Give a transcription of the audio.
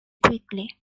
quickly